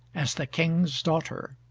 as the king's daughter.